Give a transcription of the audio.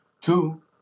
two